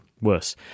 worse